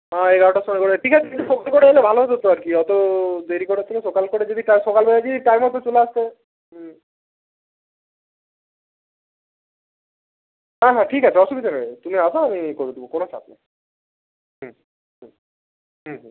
হ্যাঁ এগারোটার সময় করে ঠিক আছে একটু সকাল করে এলে ভালো হতো তো আর কি অত দেরি করার থেকে সকাল করে যদি টা সকালবেলা যদি টাইম হতো চলে আসতে হুম হ্যাঁ হ্যাঁ ঠিক আছে অসুবিধা নাই তুমি আসো আমি করে দেবো কোনো চাপ নাই হুম হুম